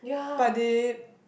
but they